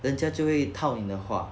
人家就会套你的的话